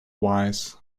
wise